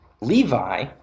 Levi